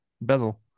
bezel